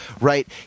right